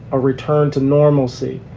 a return to normalcy,